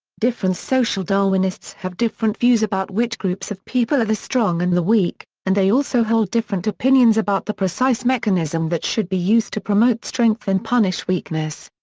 different social darwinists have different views about which groups of people are the strong and the weak, and they also hold different opinions about the precise mechanism that should be used to promote strength and punish weakness.